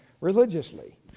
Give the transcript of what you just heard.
religiously